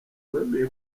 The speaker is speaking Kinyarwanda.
wemeye